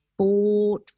four